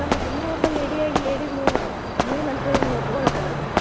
ಹಾಂ ಮತ್ತೆ ನೀವು ಒಬ್ಬ ಲೇಡಿಯಾಗಿ ಲೇಡಿ ಮೇಲೆ ಮೇಯ್ನ್ ಅಂತೇಳಿ ಒಪ್ಕೋಬೇಕಲ್ಲ ಅದನ್ನು